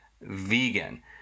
vegan